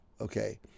okay